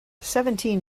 seventeen